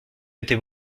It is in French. étais